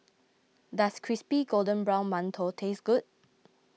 does Crispy Golden Brown Mantou taste good